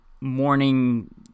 morning